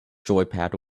joypad